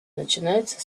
начинается